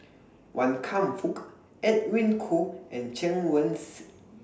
Wan Kam Fook Edwin Koo and Chen Wen Hsi